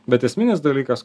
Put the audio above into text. bet esminis dalykas